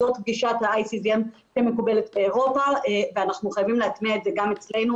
זאת גישת ה-ICDEM שמקובלת באירופה ואנחנו חייבים להטמיע את זה גם אצלנו,